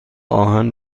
آهن